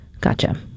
Gotcha